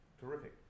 Terrific